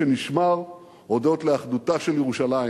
שנשמר הודות לאחדותה של ירושלים